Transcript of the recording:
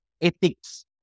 ethics